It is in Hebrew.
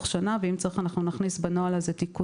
שנה ואם צריך אנחנו נכניס בו תיקונים.